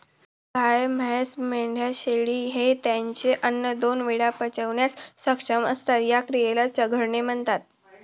गाय, म्हैस, मेंढ्या, शेळी हे त्यांचे अन्न दोन वेळा पचवण्यास सक्षम असतात, या क्रियेला चघळणे म्हणतात